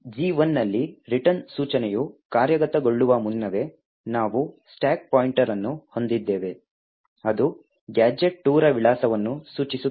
G1 ನಲ್ಲಿ return ಸೂಚನೆಯು ಕಾರ್ಯಗತಗೊಳ್ಳುವ ಮುನ್ನವೇ ನಾವು ಸ್ಟಾಕ್ ಪಾಯಿಂಟರ್ ಅನ್ನು ಹೊಂದಿದ್ದೇವೆ ಅದು ಗ್ಯಾಜೆಟ್ 2 ರ ವಿಳಾಸವನ್ನು ಸೂಚಿಸುತ್ತದೆ